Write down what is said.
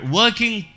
working